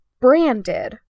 branded